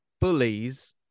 bullies